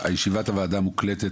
ישיבת הוועדה מוקלטת,